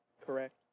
Correct